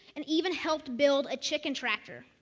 and even helped build a chicken tractor.